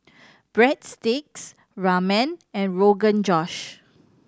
Breadsticks Ramen and Rogan Josh